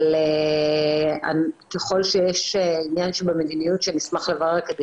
אבל ככל שיש עניין שבמדיניות שנשמח לברר כדי